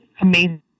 amazing